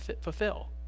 fulfill